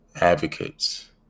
advocates